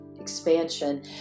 Expansion